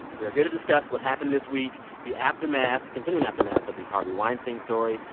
we're here to discuss what happened this week. the aftermath continuing aftermath of the harvey weinstein story,